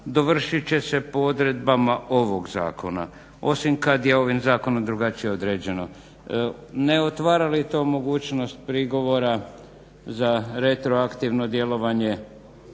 dovršit će se po odredbama ovog zakona, osim kad je ovim zakonom drugačije određeno. Ne otvara li to mogućnost prigovora za retroaktivno djelovanje